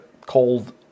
cold